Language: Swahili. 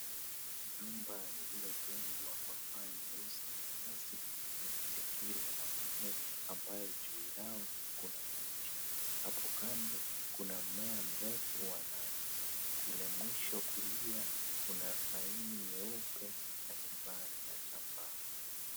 Jumba lililojengwa kwa paa nyeusi limezingirwa na mawe, ambayo juu yao kuna miti hapo kando kuna mmea mrefu wa nazi, kule mwisho kulia kuna stahili nyeupe na kibnda cha mbao.